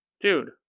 dude